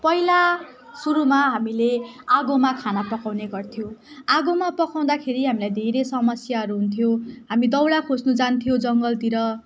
पहिला सुरुमा हामीले आगोमा खाना पकाउने गर्थ्यौँ आगोमा पकाउँदाखेरि हामीलाई धेरै समस्याहरू हुन्थ्यो हामी दाउरा खोज्नु जान्थ्यो जङ्गलतिर